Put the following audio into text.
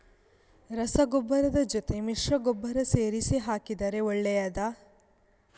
ರಸಗೊಬ್ಬರದ ಜೊತೆ ಮಿಶ್ರ ಗೊಬ್ಬರ ಸೇರಿಸಿ ಹಾಕಿದರೆ ಒಳ್ಳೆಯದಾ?